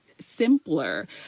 Simpler